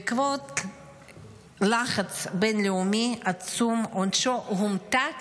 בעקבות לחץ בין-לאומי עצום עונשו הומתק